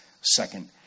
second